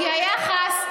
כי היחס,